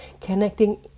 connecting